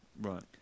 Right